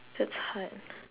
that's hard